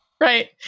Right